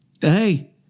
hey—